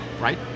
right